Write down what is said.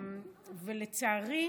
לצערי,